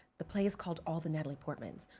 the play is called all the natalie portmans,